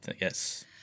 yes